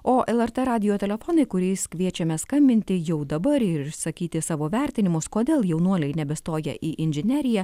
o lrt radijo telefonai kuriais kviečiame skambinti jau dabar ir išsakyti savo vertinimus kodėl jaunuoliai nebestoja į inžineriją